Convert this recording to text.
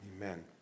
Amen